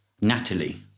Natalie